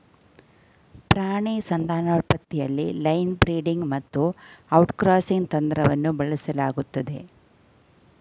ಪ್ರಾಣಿ ಸಂತಾನೋತ್ಪತ್ತಿಲಿ line breeding ಮತ್ತುಔಟ್ಕ್ರಾಸಿಂಗ್ನಂತಂತ್ರವನ್ನುಬಳಸಲಾಗ್ತದೆ